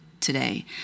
today